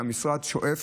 שהמשרד שואף